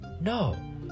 No